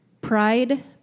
Pride